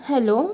hello